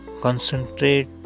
concentrate